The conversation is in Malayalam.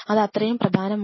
അത് അത്രയും പ്രധാനമാണ്